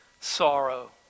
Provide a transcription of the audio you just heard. sorrow